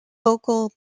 vocal